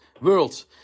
world